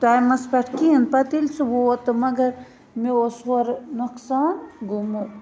ٹایمَس پٮ۪ٹھ کِہیٖنۍ پَتہٕ ییٚلہِ سُہ ووت تہٕ مَگَر مےٚ اوس ہورٕ نۄقصان گوٚمُت